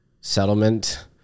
settlement